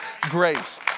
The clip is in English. grace